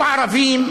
הוא ערבים,